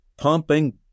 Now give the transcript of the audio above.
pumping